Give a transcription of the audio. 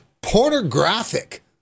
pornographic